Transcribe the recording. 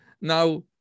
now